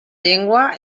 llengua